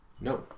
No